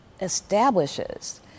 establishes